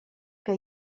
que